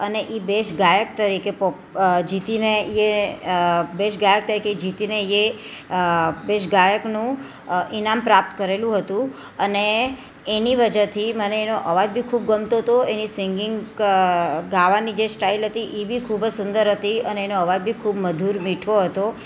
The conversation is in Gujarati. અને એ બેસ્ટ ગાયક તરીકે જીતીને એ બેસ્ટ ગાયક તરીકે જીતીને એ બેસ્ટ ગાયકનું ઈનામ પ્રાપ્ત કરેલું હતું અને એની વજહથી મને એનો અવાજ બી ખૂબ ગમતો હતો એની સિંગિંગ ગાવાની જે સ્ટાઈલ હતી એ બી ખૂબ જ સુંદર હતી અને એનો અવાજ બી ખૂબ મધુર મીઠો હતો